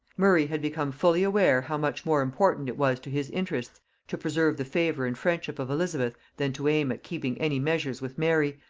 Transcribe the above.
murray had become fully aware how much more important it was to his interests to preserve the favor and friendship of elizabeth than to aim at keeping any measures with mary,